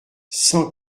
cent